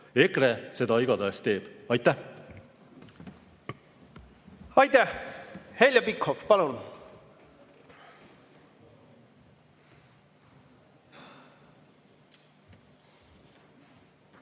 EKRE seda igatahes teeb. Aitäh! Aitäh! Heljo Pikhof, palun!